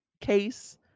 case